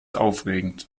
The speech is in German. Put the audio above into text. aufregend